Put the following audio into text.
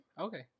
Okay